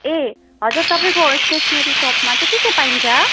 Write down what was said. ए हजुर तपाईँको स्टेसनरी सपमा चाहिँ के के पाइन्छ